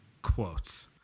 quotes